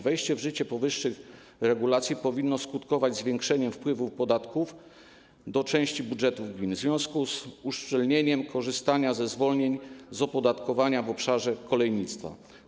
Wejście w życie powyższych regulacji powinno skutkować zwiększeniem wpływów podatkowych do części budżetów gmin w związku z uszczelnieniem korzystania ze zwolnień z opodatkowania w obszarze kolejnictwa.